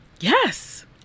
Yes